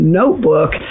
notebook